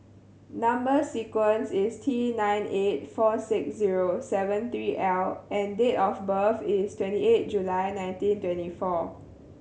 number sequence is T nine eight four six zero seven three L and date of birth is twenty eight July nineteen twenty four